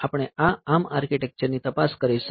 આપણે આ ARM આર્કિટેક્ચરની તપાસ કરીશું